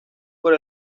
por